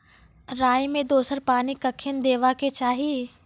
राई मे दोसर पानी कखेन देबा के चाहि?